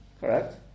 Correct